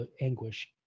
anguish